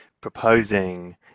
proposing